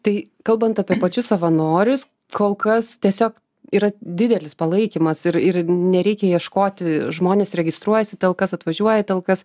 tai kalbant apie pačius savanorius kol kas tiesiog yra didelis palaikymas ir ir nereikia ieškoti žmonės registruojasi į talkas atvažiuoja į talkas